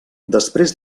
després